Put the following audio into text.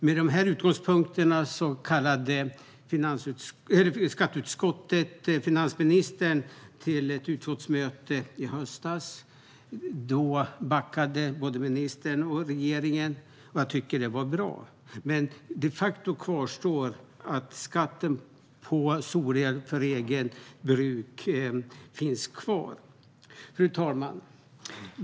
Med de här utgångspunkterna kallade skatteutskottet i höstas finansministern till ett utskottsmöte. Då backade både ministern och regeringen, och det tycker jag var bra. Men de facto finns skatten på solel för eget bruk kvar. Fru talman!